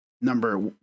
number